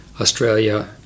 Australia